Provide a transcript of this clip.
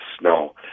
snow